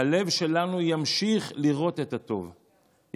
הלב שלנו ימשיך לראות את הטוב.